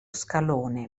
scalone